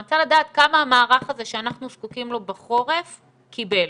אני רוצה לדעת כמה המערך הזה שאנחנו זקוקים לו בחורף קיבל.